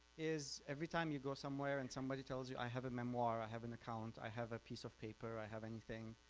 is every time you go somewhere and somebody tells you i have a memoir, i have an account, i have a piece of paper, i have anything,